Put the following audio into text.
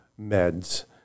Meds